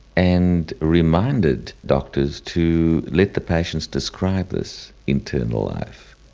and reminded doctors to let the patients describe this internal life.